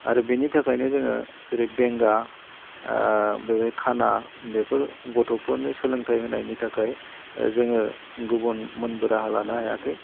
आरो बिनि थाखायनो जोङो जेरै बेंगा बेबो खाना बेफोर गथ'फोरनि सोलोंथाइ होनायनि थाखाय जोङो गुबुन मोनबो राहा लानो हायाखै